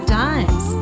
times